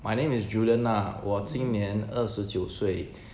my name is julian lah 我今年二十九岁